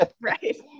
Right